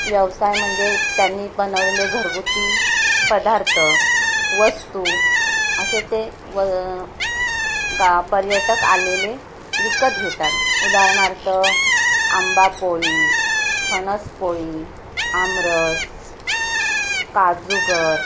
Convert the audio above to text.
व्यवसाय म्हणजे त्यांनी बनवलेले घरगुती पदार्थ वस्तू असे ते व गा पर्यटक आलेले विकत घेतात उदाहरणार्थ आंबापोळी फणसपोळी आमरस काजूगर